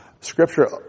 Scripture